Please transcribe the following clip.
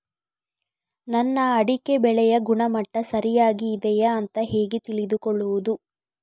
ನನ್ನ ಅಡಿಕೆ ಬೆಳೆಯ ಗುಣಮಟ್ಟ ಸರಿಯಾಗಿ ಇದೆಯಾ ಅಂತ ಹೇಗೆ ತಿಳಿದುಕೊಳ್ಳುವುದು?